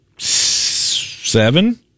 seven